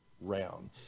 round